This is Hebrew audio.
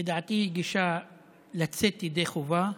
לדעתי, היא גישה של לצאת ידי חובה,